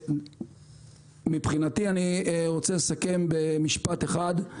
אני רוצה לסכם במשפט אחד.